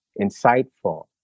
insightful